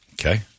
Okay